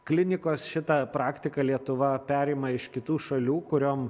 klinikos šitą praktiką lietuva perima iš kitų šalių kuriom